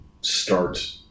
start